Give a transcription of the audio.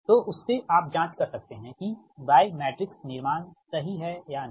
तो उससे आप जाँच कर सकते है कि y मैट्रिक्स निर्माण सही है या नहीं